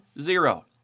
zero